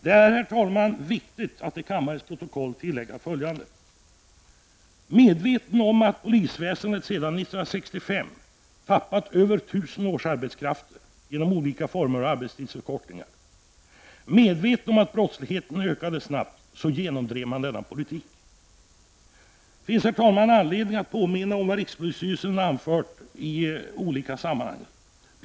Det är, herr talman, viktigt att till kammarens protokoll tillägga följande: Medveten om att polisväsendet sedan år 1965 tappat över tusen årsarbetskrafter genom olika former av arbetstidsförkortningar, och medveten om att brottsligheten ökade snabbt, genomdrev man denna politik. Det finns, herr talman, anledning att påminna om vad rikspolisstyrelsen anfört i olika sammanhang.